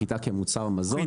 חיטה כמוצר מזון,